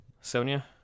Sonya